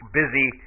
busy